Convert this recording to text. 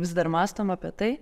vis dar mąstom apie tai